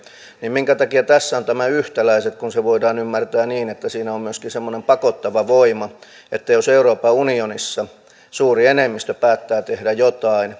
minkä takia tässä on tämä yhtäläiset kun se voidaan ymmärtää niin että siinä on myöskin semmoinen pakottava voima että jos euroopan unionissa suuri enemmistö päättää tehdä jotain